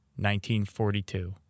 1942